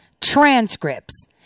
transcripts